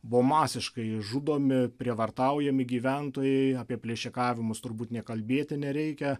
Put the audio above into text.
buvo masiškai žudomi prievartaujami gyventojai apie plėšikavimus turbūt nė kalbėti nereikia